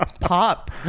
pop